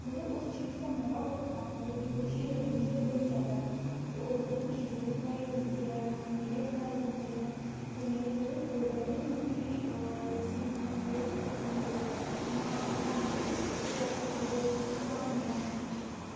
मतलब उस चीज़ दा मज़ा बक्खरा होंदा जेह्ड़ी कोई चीज़ रली मिलियै बनी जावै ते उस दिन खिचड़ी बनाई जंदी ऐ खमीरे बनाए जंदे न ते खमीरे जेह्ड़े गुड़ कन्नै मिट्ठी रुट्टी जियां गूड़ ते खमीरे उआं अस बनाने आं ते ओह् अस अपने देवतें गी चढ़ाने आं